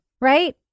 right